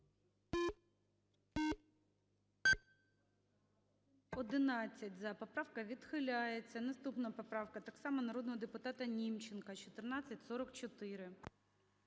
11 – за, поправка відхиляється. Наступна поправка так само народного депутата Німченка – 1444.